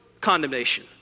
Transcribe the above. condemnation